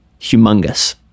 humongous